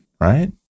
right